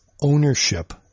ownership